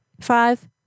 Five